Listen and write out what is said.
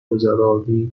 گذرانی